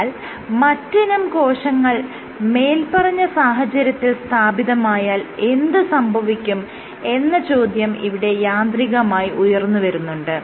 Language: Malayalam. എന്നാൽ മറ്റിനം കോശങ്ങൾ മേല്പറഞ്ഞ സാഹചര്യത്തിൽ സ്ഥാപിതമായാൽ എന്ത് സംഭവിക്കും എന്ന ചോദ്യം ഇവിടെ യാന്ത്രികമായി ഉയർന്നുവരുന്നുണ്ട്